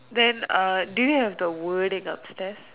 then uh do you have the wording upstairs